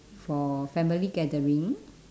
for family gathering